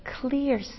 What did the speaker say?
clear